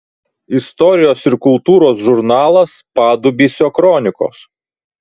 istorijos ir kultūros žurnalas padubysio kronikos